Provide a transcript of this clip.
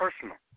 personal